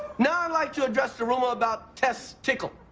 now i'd like to address the rumor about tess tichol.